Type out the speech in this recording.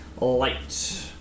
light